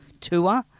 tour